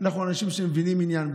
אנחנו אנשים שמבינים עניין,